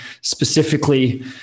specifically